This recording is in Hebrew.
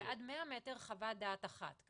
ועד מאה מטר חוות דעת אחת.